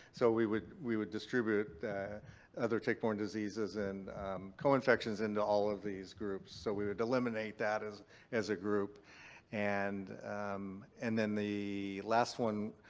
so we would we would distribute the other tick-borne diseases and co-infections into all of these groups. so we would eliminate that as as a group and um and then the last one,